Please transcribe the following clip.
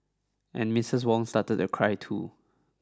and Missus Wong started to cry too